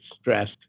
stressed